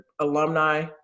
alumni